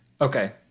Okay